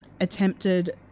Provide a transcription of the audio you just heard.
attempted